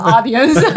Audience